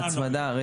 לא, לא